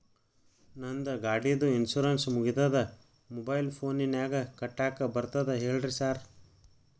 ನಂದ್ ಗಾಡಿದು ಇನ್ಶೂರೆನ್ಸ್ ಮುಗಿದದ ಮೊಬೈಲ್ ಫೋನಿನಾಗ್ ಕಟ್ಟಾಕ್ ಬರ್ತದ ಹೇಳ್ರಿ ಸಾರ್?